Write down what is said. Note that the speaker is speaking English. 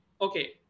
okay